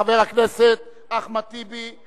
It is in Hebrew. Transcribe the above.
חבר הכנסת אחמד טיבי,